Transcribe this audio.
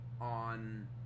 on